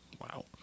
Wow